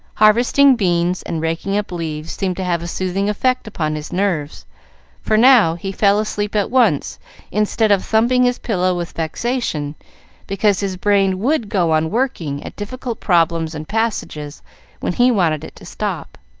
harvesting beans and raking up leaves seemed to have a soothing effect upon his nerves for now he fell asleep at once instead of thumping his pillow with vexation because his brain would go on working at difficult problems and passages when he wanted it to stop.